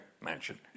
Mansion